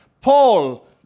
Paul